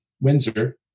Windsor